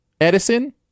Edison